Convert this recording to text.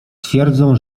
twierdzą